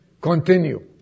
Continue